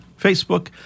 Facebook